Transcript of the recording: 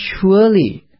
surely